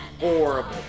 horrible